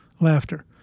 Laughter